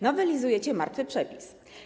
Nowelizujecie martwy przepis.